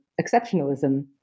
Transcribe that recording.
exceptionalism